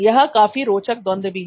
यह काफी रोचक द्वंद भी है